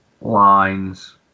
lines